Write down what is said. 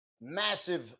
massive